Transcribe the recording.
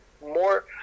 more